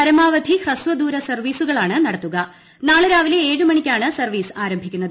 പരമാവധി ഹ്രസ്വദൂര സർവ്വീസുകളാണ് നടത്തുകൃ നാളെ രാവിലെ ഏഴ് മണിക്കാണ് സർവ്വീസ് ആരംഭിക്കുന്നത്